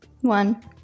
One